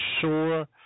sure